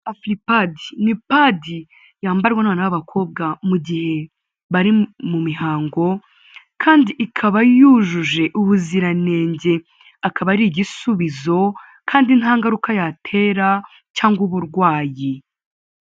Afuripadi ni padi yambarwa n'abana b'abakobwa mu gihe bari mu mihango kandi ikaba yujuje ubuziranenge akaba ari igisubizo kandi ntangaruka yatera cyangwa uburwayi.